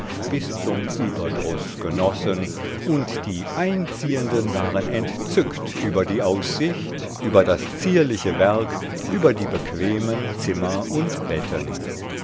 bis zum überdruß genossen und die einziehenden waren entzückt über die aussicht über das zierliche werk über die bequemen zimmer und betten